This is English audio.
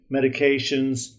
medications